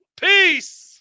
Peace